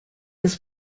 his